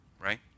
Right